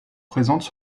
présentent